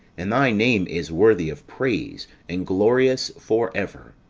and thy name is worthy of praise, and glorious for ever